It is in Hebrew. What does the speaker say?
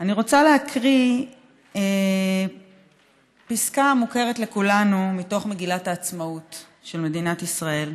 אני רוצה להקריא פסקה מוכרת לכולנו מתוך מגילת העצמאות של מדינת ישראל: